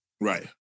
Right